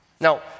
Now